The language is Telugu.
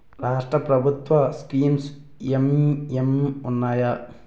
రాష్ట్రం ప్రభుత్వ స్కీమ్స్ ఎం ఎం ఉన్నాయి?